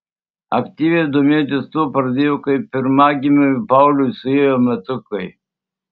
aktyviai domėtis tuo pradėjau kai pirmagimiui pauliui suėjo metukai